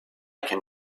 can